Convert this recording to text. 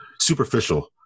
Superficial